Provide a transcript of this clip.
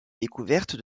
découverte